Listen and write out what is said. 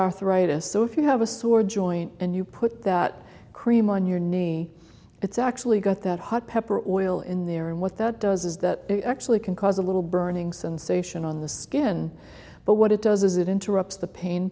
arthritis so if you have a sore joint and you put that cream on your knee it's actually got that hot pepper oil in there and what that does is that actually can cause a little burning sensation on the skin but what it does is it interrupts the pain